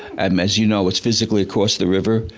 um as you know it's physically across the river.